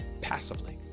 passively